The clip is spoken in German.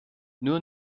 nur